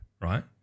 right